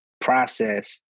process